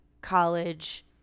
college